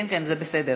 כן, זה בסדר.